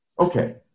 Okay